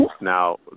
now